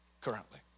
currently